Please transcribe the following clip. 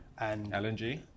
LNG